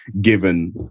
given